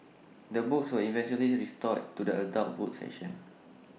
the books were eventually restored to the adult books section